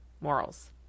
morals